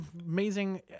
amazing